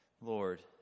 Lord